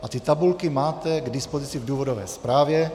A ty tabulky máte k dispozici v důvodové zprávě.